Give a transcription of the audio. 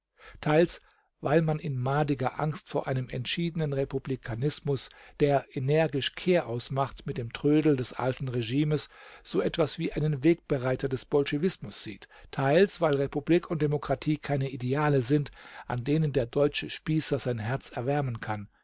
teils weil man in madiger angst vor einem entschiedenen republikanismus der energisch kehraus macht mit dem trödel des alten regimes so etwas wie einen wegbereiter des bolschewismus sieht teils weil republik und demokratie keine ideale sind an denen der deutsche spießer sein herz erwärmen kann